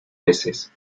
veces